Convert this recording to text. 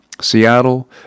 Seattle